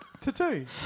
Tattoo